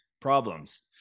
problems